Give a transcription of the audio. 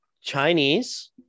Chinese